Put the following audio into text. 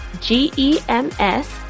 G-E-M-S